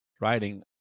writing